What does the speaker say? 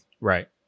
Right